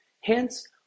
Hence